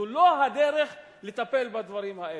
זו לא הדרך לטפל בדברים האלו.